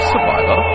Survivor